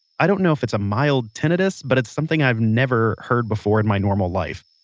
i don't know if it's a mild tinnitus, but it's something i've never heard before in my normal life.